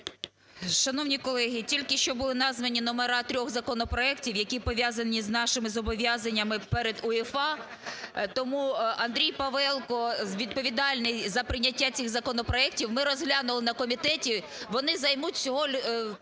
Шановні колеги! Тільки що були названі номери трьох законопроектів, які пов'язані з нашими зобов'язаннями перед УЄФА. Тому Андрій Павелко відповідальний за прийняття цих законопроектів. Ми розглянули на комітеті. Вони займуть всього 5